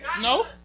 No